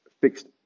fixed